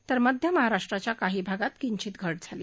तर मध्य महाराष्ट्राच्या काही भागात किंचित घट झाली